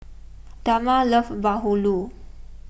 Dagmar loves Bahulu